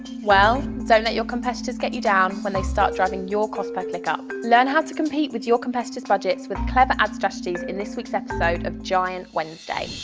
well, don't so let your competitors get you down when they start driving your cost per clicks up, learn how to compete with your competitor's budgets with clever ad strategies in this week's episode of giant wednesday.